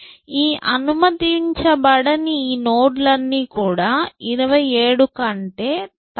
ఈ అనుమతించబడని ఈ నోడ్లన్నీ కూడా 27 కన్నా తక్కువ